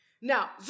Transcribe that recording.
Now